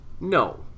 No